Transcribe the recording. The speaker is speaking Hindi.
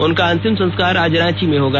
उनका अंतिम संस्कार आज रांची में होगा